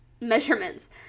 measurements